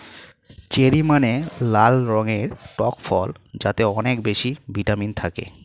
cherry মানে লাল রঙের টক ফল যাতে অনেক বেশি ভিটামিন থাকে